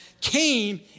came